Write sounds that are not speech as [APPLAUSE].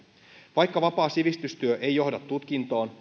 vaikka vapaa sivistystyö ei johda tutkintoon [UNINTELLIGIBLE]